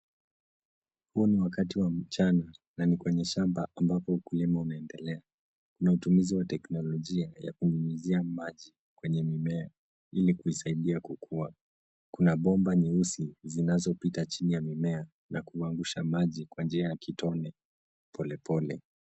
Huu ni wakati wa mchana, nani kwenye shamba, ambapo ukulima unaendelea na utumizi wa teknolojia, ya kunyunyuzia maji kwenye mimea, ili kuisaidia kukua. Kuna bomba nyeusi, zinazopita chini ya mimea na kumwangusha maji kwa njia ya kitone, polepole.